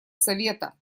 совета